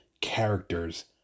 characters